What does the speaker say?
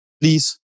Please